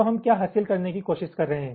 तो हम क्या हासिल करने की कोशिश कर रहे हैं